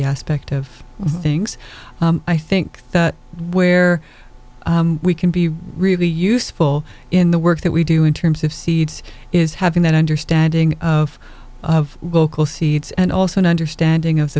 aspect of things i think that where we can be really useful in the work that we do in terms of seeds is having an understanding of local seeds and also understanding of the